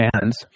hands